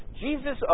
Jesus